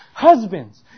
Husbands